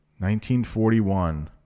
1941